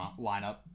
lineup